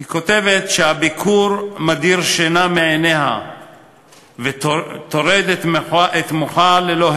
היא כותבת שהביקור מדיר שינה מעיניה וטורד את מוחה ללא הרף.